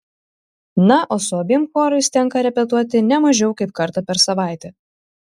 na o su abiem chorais tenka repetuoti ne mažiau kaip kartą per savaitę